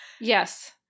Yes